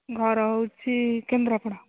ଘର ହେଉଛି କେନ୍ଦ୍ରାପଡ଼ା